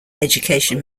education